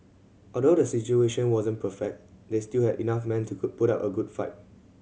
although the situation wasn't perfect they still had enough men to put up a good fight